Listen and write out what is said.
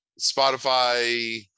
spotify